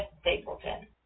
Stapleton